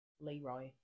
Leroy